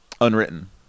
Unwritten